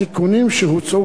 התיקונים שהוצעו,